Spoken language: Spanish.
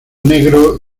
negro